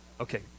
Okay